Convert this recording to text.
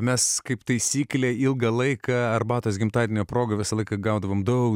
mes kaip taisyklė ilgą laiką arbatos gimtadienio proga visą laiką gaudavome daug